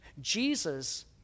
Jesus